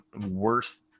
worth